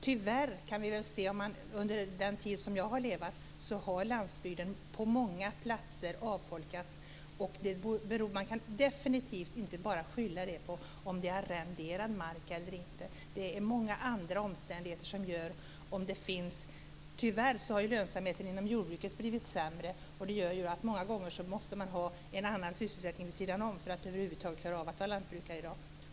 Tyvärr har landsbygden avfolkats i nästan hela landet under den tid som jag har levat. Man kan definitivt inte skylla på att det finns arrenderad mark, utan det är många andra omständigheter som avgör. Tyvärr har lönsamheten inom jordbruket blivit sämre, och man måste många gånger ha en sysselsättning vid sidan om för att över huvud taget klara av att vara lantbrukare i dag.